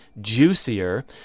juicier